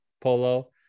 polo